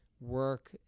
work